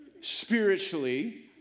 spiritually